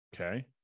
okay